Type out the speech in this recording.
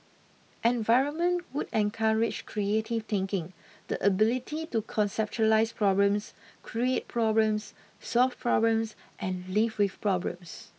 environment would encourage creative thinking the ability to conceptualise problems create problems solve problems and live with problems